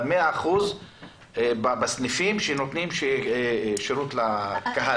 אבל 100% בסניפים שנותנים שירות לקהל.